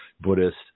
Buddhist